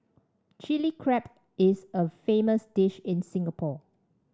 Chilli Crab is a famous dish in Singapore